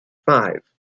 five